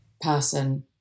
person